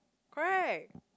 correct